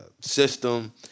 system